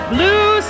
Blue